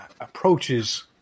approaches